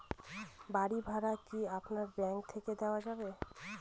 বাড়ী ভাড়া কি আপনার ব্যাঙ্ক থেকে দেওয়া যাবে?